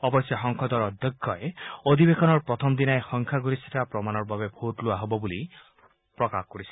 অৱশ্যে সংসদৰ অধ্যক্ষই অধিবেশনৰ প্ৰথমদিনাই সংখ্যাগৰিষ্ঠতা প্ৰমাণৰ বাবে ভোট লোৱা হব বুলি প্ৰকাশ কৰিছে